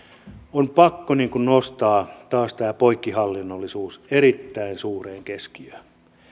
on pakko nostaa taas tämä poikkihallinnollisuus erittäin suureen keskiöön